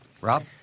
Rob